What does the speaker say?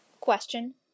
Question